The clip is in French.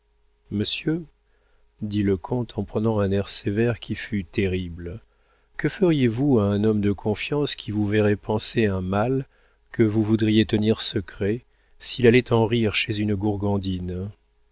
monsieur dit le comte en prenant un air sévère qui fut terrible que feriez-vous à un homme de confiance qui vous verrait panser un mal que vous voudriez tenir secret s'il allait en rire chez une gourgandine